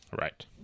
Right